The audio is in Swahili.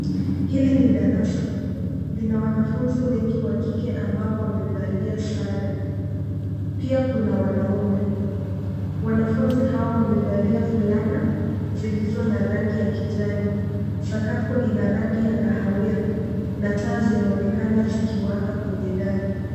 Hili ni darasa. Lina wanafunzi wengi wa kike ambao wamevalia sare. Pia kuna wanaume. Wanafunzi hao wamevalia fulana zilizo na rangi ya kijani. Sakafu ina rangi ya kahawia na taa zinaonekana zikiwaka kwenye dari.